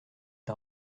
les